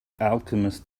alchemist